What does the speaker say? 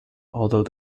although